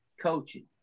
coaching